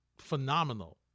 phenomenal